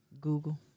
Google